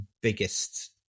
biggest